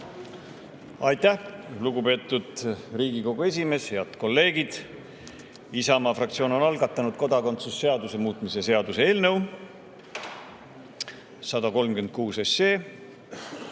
Aitäh, lugupeetud Riigikogu esimees! Head kolleegid! Isamaa fraktsioon on algatanud kodakondsuse seaduse muutmise seaduse eelnõu 136,